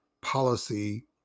policy